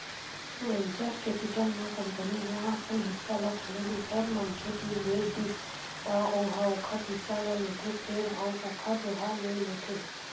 venture capital म company ह अपन हिस्सा ल कोनो दूसर मनखे तीर बेच दिस त ओ ह ओखर हिस्सा ल लेथे फेर अउ ओखर जघा ले लेथे